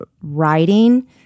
writing